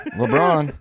lebron